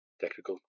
Technical